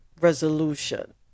resolution